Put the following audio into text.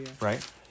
Right